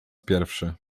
pierwszy